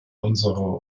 unsere